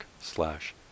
slash